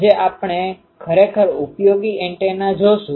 આજે આપણે ખરેખર ઉપયોગી એન્ટેના જોશું